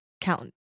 Count